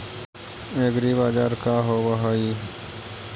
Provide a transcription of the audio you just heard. एग्रीबाजार का होव हइ?